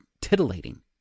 titillating